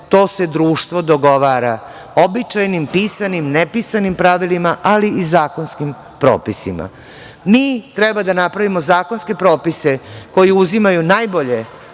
to se društvo dogovara običajnim, pisanim, nepisanim pravilima, ali i zakonskim propisima. Mi treba da napravimo zakonske propise koji uzimaju najbolje